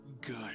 good